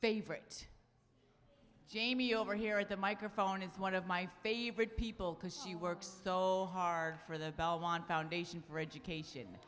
favorite jamie over here at the microphone is one of my favorite people because she works hard for the belmont foundation for education